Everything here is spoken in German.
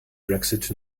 brexit